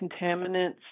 contaminants